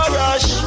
rush